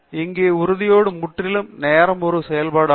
இங்கே உறுதிப்பாடு முற்றிலும் நேரம் ஒரு செயல்பாடு ஆகும்